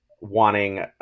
wanting